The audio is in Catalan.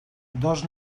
dos